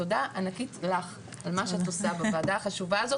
תודה ענקית לך על מה שאת עושה בוועדה החשובה הזאת,